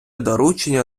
доручення